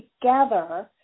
together